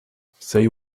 say